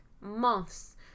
months